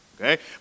Okay